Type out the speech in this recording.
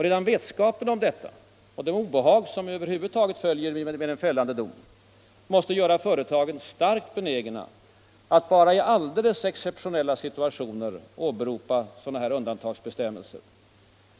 Redan vetskapen om detta — och det obehag som över huvud taget följer med en fällande dom — måste göra företagen starkt benägna att bara i alldeles exceptionella situationer åberopa undantagsbestämmelserna.